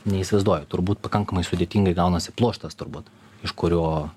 neįsivaizduoju turbūt pakankamai sudėtingai gaunasi pluoštas turbūt iš kurio